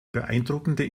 beeindruckende